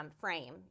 Frame